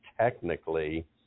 technically